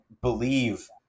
believe